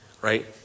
right